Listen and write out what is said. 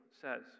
says